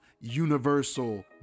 Universal